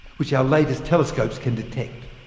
which our latest telescopes can detect.